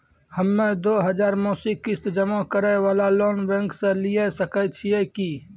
हम्मय दो हजार मासिक किस्त जमा करे वाला लोन बैंक से लिये सकय छियै की?